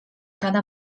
cada